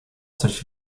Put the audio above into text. coś